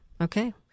Okay